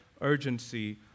urgency